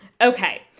Okay